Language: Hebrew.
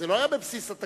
זה לא היה בבסיס התקציב,